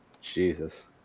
Jesus